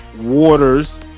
waters